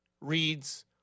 reads